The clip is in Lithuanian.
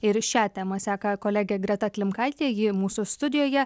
ir šią temą seka kolege greta klimkaitė ji mūsų studijoje